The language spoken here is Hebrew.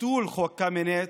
ביטול חוק קמיניץ,